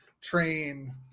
train